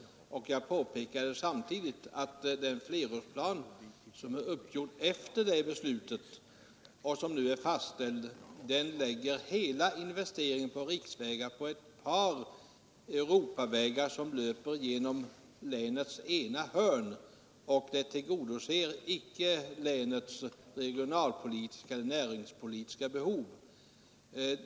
Jag påpekade samtidigt att en flerårsplan som är uppgjord efter detta beslut och som nu är fastställd lägger hela investeringen på riksvägar på ett par Europavägar, som löper genom länets ena hörn. Detta tillgodoser icke länets regionalpolitiska eller näringspolitiska behov.